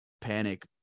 panic